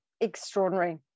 extraordinary